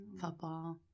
Football